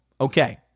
okay